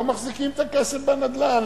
לא מחזיקים את הכסף בנדל"ן,